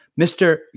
Mr